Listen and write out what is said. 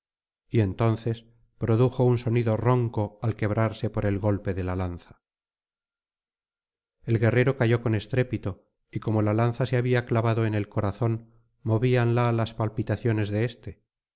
y entonces produjo un sonido ronco al quebrarse por el golpe de la lanza el guerrero cayó con estrépito y como la lanza se había clavado en el corazón movíanla las palpitaciones de éste